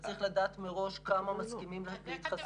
אתה צריך לדעת מראש כמה מסכימים להתחסן.